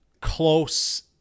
close